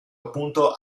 appunto